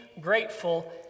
Grateful